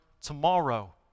tomorrow